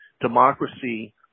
democracy